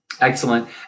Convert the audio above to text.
excellent